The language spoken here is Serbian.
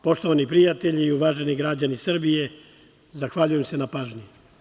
Poštovani prijatelji i uvaženi građani Srbije, zahvaljujem se na pažnji.